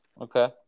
Okay